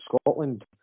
Scotland